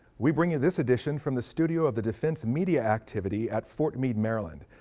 we bring you this edition from the studio of the defense media activity at fort meade, maryland.